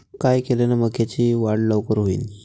काय केल्यान मक्याची वाढ लवकर होईन?